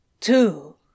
Two